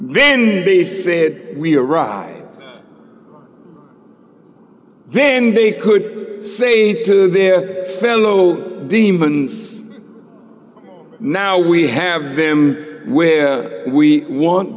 then they said we are raw then they could say to their fellow demons now we have them where we want